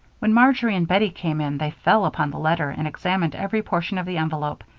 when marjory and bettie came in, they fell upon the letter and examined every portion of the envelope,